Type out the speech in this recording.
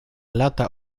lata